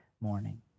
morning